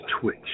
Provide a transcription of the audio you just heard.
twitch